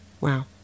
Wow